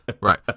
Right